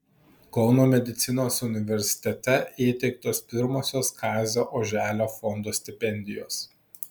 kauno medicinos universitete įteiktos pirmosios kazio oželio fondo stipendijos